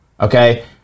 okay